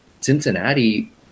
Cincinnati